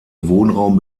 wohnraum